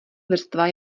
vrstva